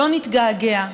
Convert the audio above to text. לא נתגעגע.